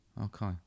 Okay